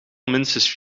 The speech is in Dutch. minstens